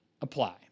apply